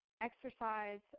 exercise